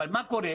אבל מה קורה?